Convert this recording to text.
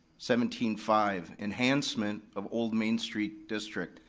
seventeen five, enhancement of old main street district,